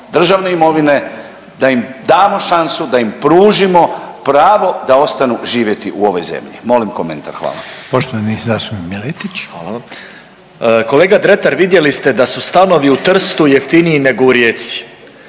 državne imovine, da im damo šansu, da im pružimo pravo da ostanu živjeti u ovoj zemlji? Molim komentar. Hvala.